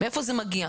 מאיפה זה מגיע.